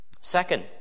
Second